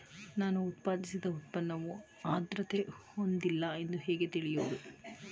ನಾನು ಉತ್ಪಾದಿಸಿದ ಉತ್ಪನ್ನವು ಆದ್ರತೆ ಹೊಂದಿಲ್ಲ ಎಂದು ಹೇಗೆ ತಿಳಿಯಬಹುದು?